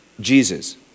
Jesus